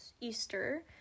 Easter